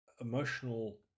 emotional